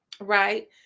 right